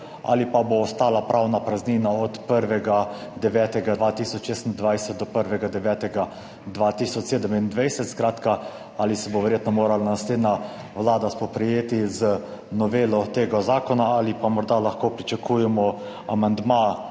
ali pa bo ostala pravna praznina od 1. 9. 2026 do 1. 9. 2027. Skratka, ali se bo verjetno morala naslednja vlada spoprijeti z novelo tega zakona ali pa morda lahko pričakujemo amandma